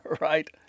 right